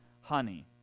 honey